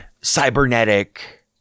cybernetic